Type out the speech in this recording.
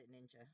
Ninja